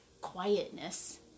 quietness